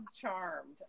Charmed